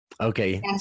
Okay